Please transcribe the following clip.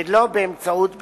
ולא באמצעות בחירות.